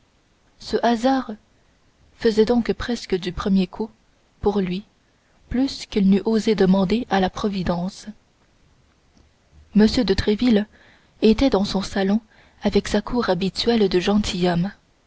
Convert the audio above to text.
ce hasard faisait donc presque du premier coup pour lui plus qu'il n'eût osé demander à la providence m de tréville était dans son salon avec sa cour habituelle de